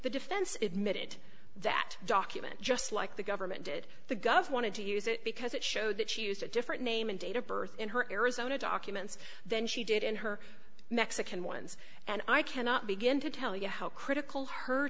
the defense admitting it that document just like the government did the gov wanted to use it because it showed that she used a different name and date of birth in her arizona documents then she did and her mexican ones and i cannot begin to tell you how critical her